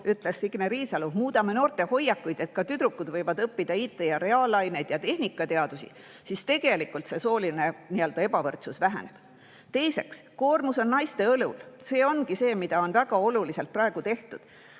ütles Signe Riisalo, muudame noorte hoiakuid, et ka tüdrukud võivad õppida IT‑ ja reaalaineid ja tehnikateadusi, siis tegelikult see sooline ebavõrdsus väheneb. Teiseks, koormus on naiste õlul. See ongi see, mida on väga oluliselt praegu tehtud.